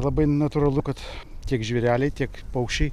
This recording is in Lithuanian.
labai natūralu kad tiek žvėreliai tiek paukščiai